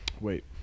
wait